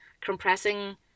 Compressing